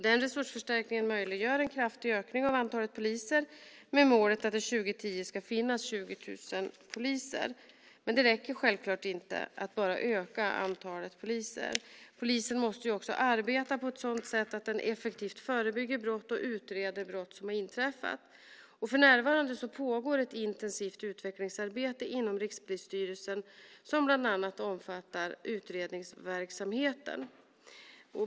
Den resursförstärkningen möjliggör en kraftig ökning av antalet poliser, med målet att det 2010 ska finnas 20 000 poliser. Det räcker självklart inte att bara öka antalet poliser. Polisen måste också arbeta på ett sådant sätt att den effektivt förebygger brott och utreder brott som har inträffat. För närvarande pågår ett intensivt utvecklingsarbete inom Rikspolisstyrelsen som bland annat omfattar utredningsverksamheten.